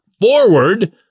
forward